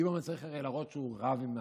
ליברמן צריך הרי להראות שהוא רב עם החרדים,